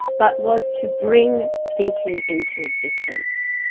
but was to bring thinking into existence.